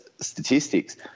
statistics